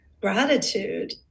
gratitude